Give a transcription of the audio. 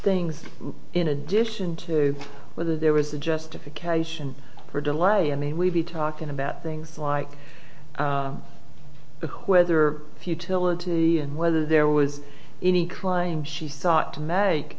things in addition to whether there was a justification for delay i mean we'd be talking about things like the whether futility and whether there was any crime she sought to m